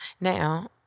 Now